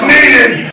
Needed